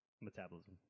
Metabolism